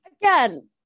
Again